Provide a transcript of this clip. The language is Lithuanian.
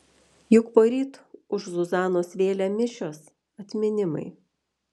juk poryt už zuzanos vėlę mišios atminimai